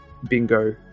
bingo